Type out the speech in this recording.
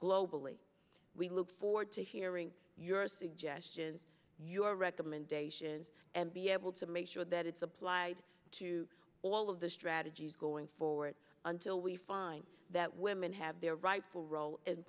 globally we look forward to hearing your suggestions our recommendation is and be able to make sure that it's applied to all of the strategies going forward until we find that women have their rightful role